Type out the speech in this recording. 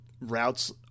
routes